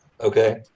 Okay